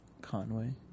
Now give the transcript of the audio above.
conway